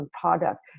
product